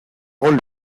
golpes